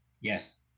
Yes